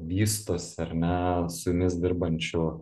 vystosi ar ne su jumis dirbančių